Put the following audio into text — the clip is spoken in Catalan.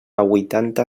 huitanta